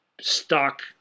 stock